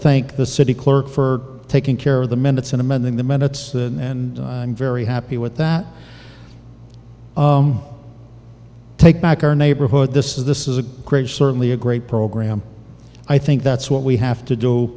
think the city clerk for taking care of the minutes in amending the minutes that and i'm very happy with that take back our neighborhood this is this is a great certainly a great program i think that's what we have to do